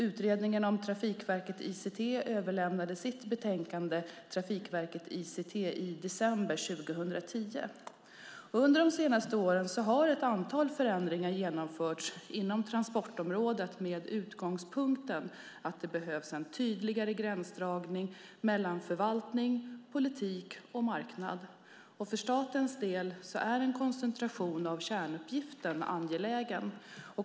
Utredningen om Trafikverket ICT överlämnade sitt betänkande Trafikverket ICT i december 2010. Under de senaste åren har ett antal förändringar genomförts inom transportområdet med utgångspunkten att det behövs en tydligare gränsdragning mellan förvaltning, politik och marknad. För statens del är en koncentration av kärnuppgifterna angelägen.